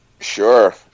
Sure